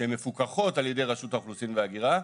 שהן מפוקחות על ידי רשות האוכלוסין וההגירה,